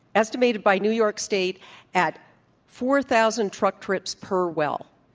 estimated by new york state at four thousand truck trips per well.